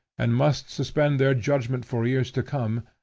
and must suspend their judgment for years to come,